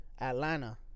Atlanta